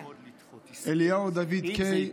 אליהו דוד קיי,